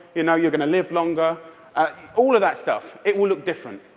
you know you're going to live longer all of that stuff, it will look different.